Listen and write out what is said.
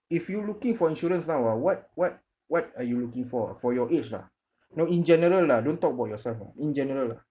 if you looking for insurance now ah what what what are you looking for ah for your age lah no in general lah don't talk about yourself ah in general lah